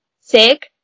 sick